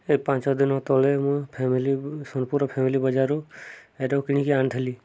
ଏ ପାଞ୍ଚ ଦିନ ତଳେ ମୁଁ ଫ୍ୟାମିଲି ସୋନପୁର ଫ୍ୟାମିଲି ବଜାରରୁ ଏଟାକୁ କିଣିକି ଆଣିଥିଲି